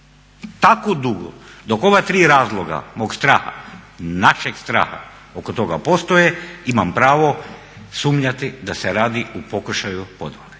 Tako dugo dok ova tri razloga mog straha, našeg straha oko toga postoje imam pravo sumnjati da se radi o pokušaju podvale.